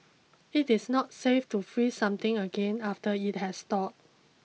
it is not safe to freeze something again after it has thawed